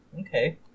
Okay